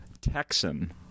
Texan